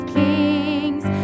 kings